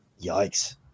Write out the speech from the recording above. yikes